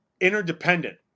interdependent